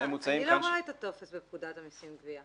רואה את הטופס בפקודת המסים (גבייה).